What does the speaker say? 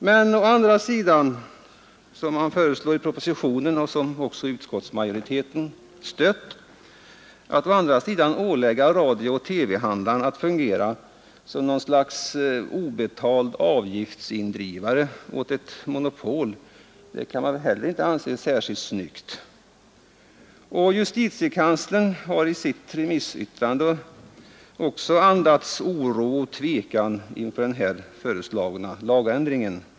Men att å andra sidan, som föreslås i propositionen och som också utskottsmajoriteten tillstyrkt, ålägga radiooch TV-handlaren att fungera som något slags obetald avgiftsindrivare åt ett monopol kan man väl inte heller anse särskilt snyggt. Justitiekanslern har i sitt remissyttrande andats oro inför den föreslagna lagändringen.